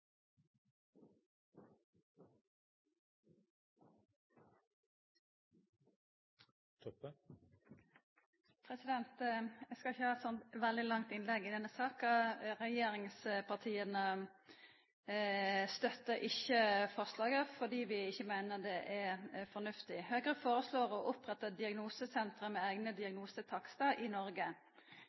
steg. Eg skal ikkje halda eit veldig langt innlegg i denne saka. Regjeringspartia støttar ikkje forslaget, fordi vi meiner det ikkje er fornuftig. Høgre foreslår å oppretta diagnosesenter med eigne diagnosetakstar i Noreg.